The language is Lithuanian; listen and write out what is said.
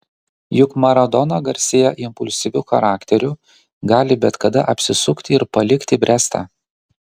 juk maradona garsėja impulsyviu charakteriu gali bet kada apsisukti ir palikti brestą